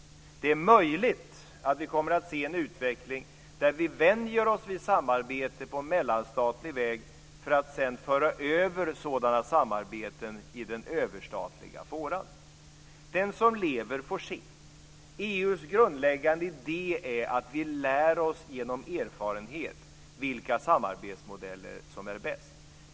Det är möjligt att vi kommer att se en utveckling där vi vänjer oss vid samarbete på en mellanstatlig nivå för att sedan föra över sådana samarbeten i den överstatliga fåran. Den som lever får se. EU:s grundläggande idé är att vi lär oss genom erfarenhet vilka samarbetsmodeller som är bäst.